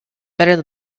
better